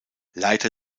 leiter